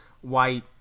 white